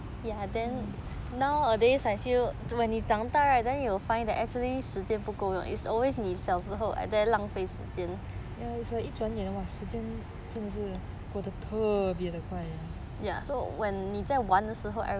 ya it's like 一转眼时间真的是过得特别得快